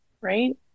right